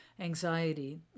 anxiety